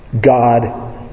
God